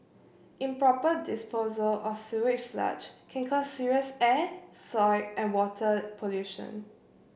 improper disposal of sewage sludge can cause serious air soil and water pollution